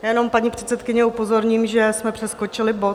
Já jenom, paní předsedkyně, upozorním, že jsme přeskočili bod.